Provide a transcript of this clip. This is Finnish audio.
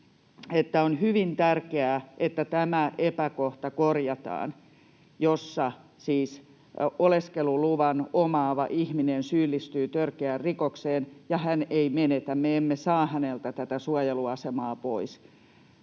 on hyvin tärkeää, että korjataan tämä epäkohta, jossa siis oleskeluluvan omaava ihminen syyllistyy törkeään rikokseen ja hän ei menetä tätä suojeluasemaa,